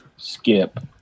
skip